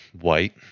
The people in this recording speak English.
white